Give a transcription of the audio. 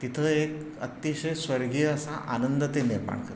तिथं एक अतिशय स्वर्गीय असा आनंद ते निर्माण करतं